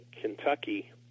Kentucky